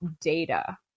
data